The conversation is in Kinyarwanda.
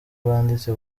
bwanditse